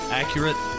accurate